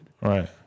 right